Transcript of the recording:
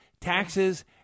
taxes